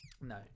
No